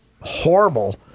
horrible